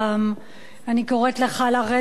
אני קוראת לך לרדת מהמגדל.